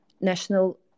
national